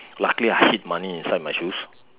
luckily I hid money inside my shoes